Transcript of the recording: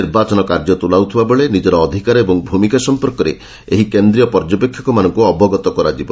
ନିର୍ବାଚନ କାର୍ଯ୍ୟ ତୁଲାଉଥିବା ବେଳେ ନିଜର ଅଧିକାର ଓ ଭୂମିକା ସଂପର୍କରେ ଏହି କେନ୍ଦ୍ରୀୟ ପର୍ଯ୍ୟବେକ୍ଷକମାନଙ୍କୁ ଅବଗତ କରାଯିବ